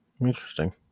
Interesting